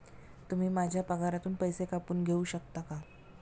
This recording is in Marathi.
तुम्ही माझ्या पगारातून पैसे कापून घेऊ शकता का?